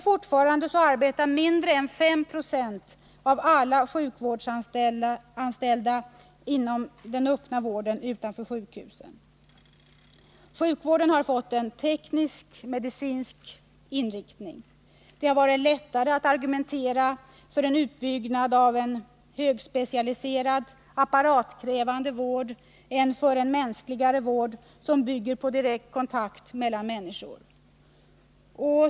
Fortfarande arbetar mindre än 5 90 av alla sjukvårdsanställda inom den öppna vården utanför sjukhusen. Sjukvården har fått en teknisk-medicinsk inriktning. Det har varit lättare att argumentera för en utbyggnad av en högspecialiserad apparatkrävande vård än för en mänskligare vård som bygger på direkt kontakt mellan människor.